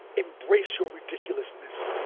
embrace your ridiculousness.